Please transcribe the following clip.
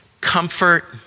comfort